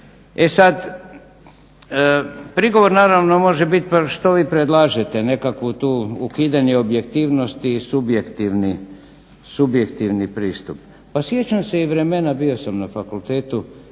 E sad, prigovor naravno može biti pa što vi predlažete nekakvu tu, ukidanje objektivnosti i subjektivni pristup. Pa sjećam se i vremena, bio sam na fakultetu